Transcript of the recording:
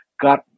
got